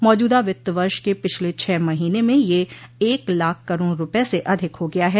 मौजूदा वित्त वर्ष के पिछले छह महीने में यह एक लाख करोड़ रुपये स अधिक हो गया है